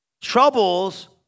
troubles